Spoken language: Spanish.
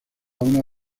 una